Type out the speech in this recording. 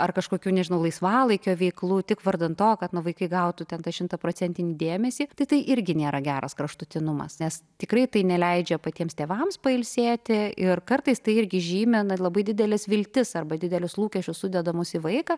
ar kažkokių nežinau laisvalaikio veiklų tik vardan to kad nu vaikai gautų tą šimtaprocentinį dėmesį tai tai irgi nėra geras kraštutinumas nes tikrai tai neleidžia patiems tėvams pailsėti ir kartais tai irgi žymi na labai dideles viltis arba didelius lūkesčius sudedamus į vaiką